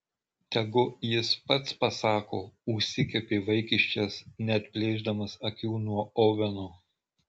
tegu jis pats pasako užsikepė vaikiščias neatplėšdamas akių nuo oveno